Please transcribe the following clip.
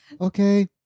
okay